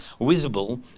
visible